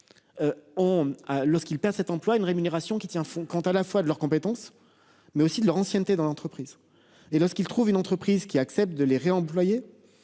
lorsqu'il perd 7 emploi une rémunération qui tient fond quant à la fois de leurs compétences mais aussi de leur ancienneté dans l'entreprise et lorsqu'il trouve une entreprise qui acceptent de les réemployer.